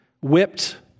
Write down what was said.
whipped